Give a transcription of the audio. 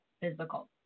physical